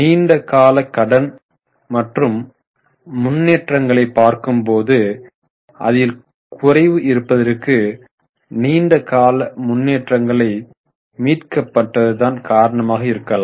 நீண்ட கால கடன் மற்றும் முன்னேற்றங்களை பார்க்கும் போது அதில் குறைவு இருப்பதற்கு நீண்ட கால முன்னேற்றங்களை மீட்கப்பட்டது தான் காரணமாக இருக்கலாம்